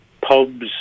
Pubs